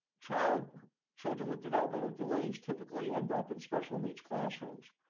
child children with developmental delays typically end up in special needs classrooms.